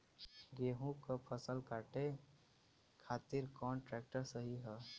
गेहूँक फसल कांटे खातिर कौन ट्रैक्टर सही ह?